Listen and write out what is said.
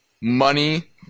money